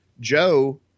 Joe